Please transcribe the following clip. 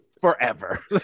forever